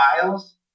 files